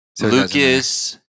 Lucas